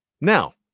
Now